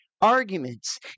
arguments